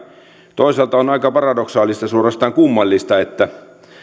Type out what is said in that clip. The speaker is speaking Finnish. toisaalta on aika paradoksaalista suorastaan kummallista että